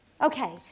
Okay